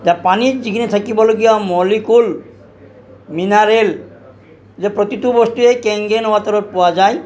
যে পানীত যিখিনি থাকিবলগীয়া মলিকিউল মিনাৰেল যে প্ৰতিটো বস্তুৱেই কেংগেন ৱাটাৰত পোৱা যায়